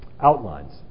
outlines